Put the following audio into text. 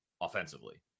offensively